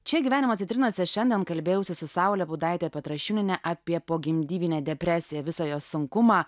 čia gyvenimo citrinose šiandien kalbėjausi su saule budaitė petrašiūniene apie pogimdyminę depresiją visą jo sunkumą